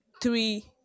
three